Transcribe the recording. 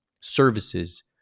services